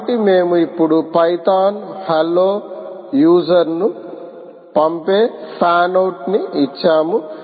కాబట్టి మేము ఇప్పుడు పైథాన్ హలో యూజర్ను పంపే ఫ్యాన్ అవుట్ ని ఇచ్చాము